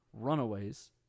Runaways